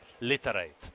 literate